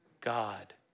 God